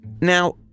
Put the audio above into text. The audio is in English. Now